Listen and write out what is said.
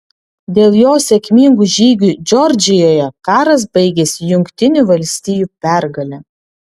dėl jo sėkmingų žygių džordžijoje karas baigėsi jungtinių valstijų pergale